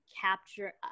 capture